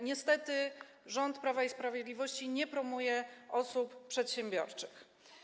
Niestety rząd Prawa i Sprawiedliwości nie promuje osób przedsiębiorczych.